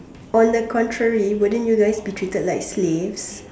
on the contrary wouldn't you guys be treated like slave